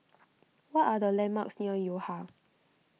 what are the landmarks near Yo Ha